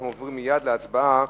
אנחנו עוברים מייד להצבעה